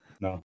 No